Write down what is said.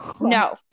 No